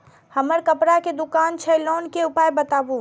हमर कपड़ा के दुकान छै लोन के उपाय बताबू?